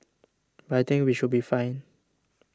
but I think we should be fine